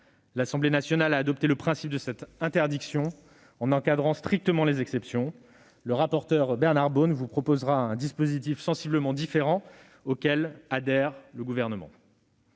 L'Assemblée nationale a adopté le principe de cette interdiction, en encadrant strictement les exceptions : le rapporteur Bernard Bonne vous proposera un dispositif sensiblement différent, auquel adhère le Gouvernement.